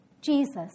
Jesus